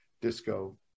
disco